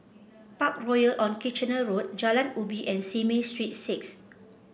Parkroyal on Kitchener Road Jalan Ubi and Simei Street Six